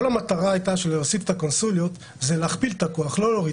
כל המטרה שהוספת הקונסוליות אומרת הכפלת הכוח ולתת